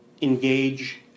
engage